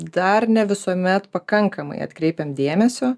dar ne visuomet pakankamai atkreipiam dėmesio